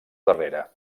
darrere